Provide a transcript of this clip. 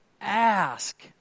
ask